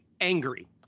angry